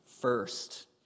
First